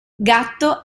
gatto